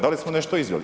Da li smo nešto izveli?